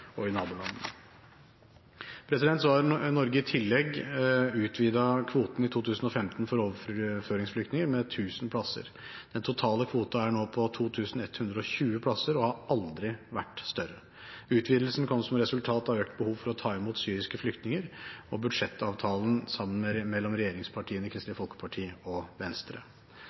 og i nabolandene. I tillegg har Norge i 2015 utvidet kvoten for overføringsflyktninger med 1 000 plasser. Den totale kvoten er nå på 2 120 plasser, og den har aldri vært større. Utvidelsen kom som resultat av økt behov for å ta imot syriske flyktninger og budsjettavtalen mellom regjeringspartiene, Kristelig